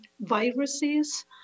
viruses